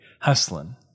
hustling